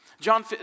John